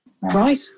Right